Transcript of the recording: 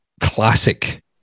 classic